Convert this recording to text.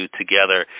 together